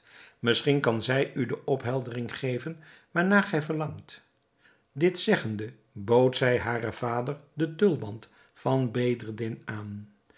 misschien kan zij u de opheldering geven waarnaar gij verlangt dit zeggende bood zij haren vader den tulband van bedreddin aan